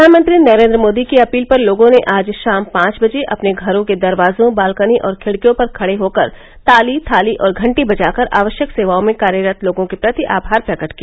प्रधानमंत्री नरेन्द्र मोदी की अपील पर लोगों ने आज शाम पांच बजे अपने घरों के दरवाजों बाल्कनी और खिड़कियों पर खड़े होकर ताली थाली और घंटी बजाकर आवश्यक सेवाओं में कार्यरत लोगों के प्रति आभार प्रकट किया